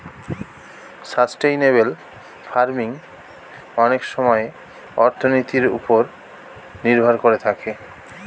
sustainable farming অনেক সময়ে অর্থনীতির ওপর নির্ভর করে থাকে